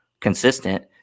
consistent